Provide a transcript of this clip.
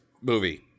movie